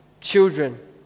children